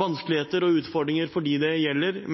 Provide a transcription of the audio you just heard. vanskeligheter og utfordringer for dem det gjelder,